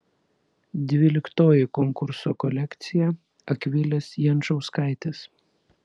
dvyliktoji konkurso kolekcija akvilės jančauskaitės